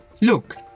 Look